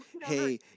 hey